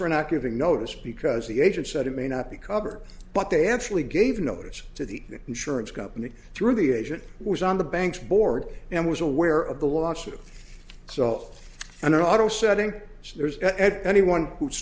for not giving notice because the agent said it may not be cover but they actually gave notice to the insurance company through the agent was on the bank's board and was aware of the lawsuit so an auto setting so there's anyone who